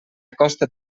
acosta